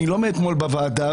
אני לא מאתמול בוועדה,